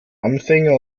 anfänger